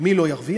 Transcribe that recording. מי לא ירוויח?